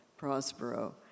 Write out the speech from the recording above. Prospero